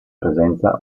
presenza